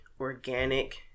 organic